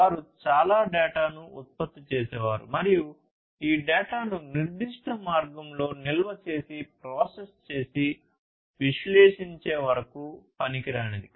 వారు చాలా డేటాను ఉత్పత్తి చేసేవారు మరియు ఈ డేటాను నిర్దిష్ట మార్గంలో నిల్వ చేసి ప్రాసెస్ చేసి విశ్లేషించే వరకు పనికిరానిది